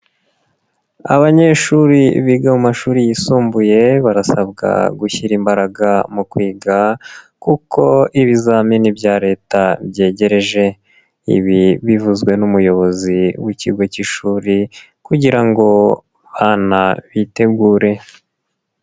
Abanyeshuri biga mu mashuri yisumbuye barasabwa gushyira imbaraga mu kwiga kuko ibizamini bya Leta byegereje, ibi bivuzwe n'umuyobozi w'ikigo cy'ishuri kugira ngo abana bitegure.